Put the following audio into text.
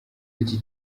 w’iki